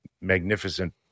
magnificent